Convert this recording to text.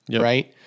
right